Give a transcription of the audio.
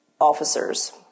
officers